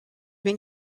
been